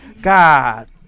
God